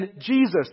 Jesus